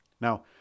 Now